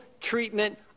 treatment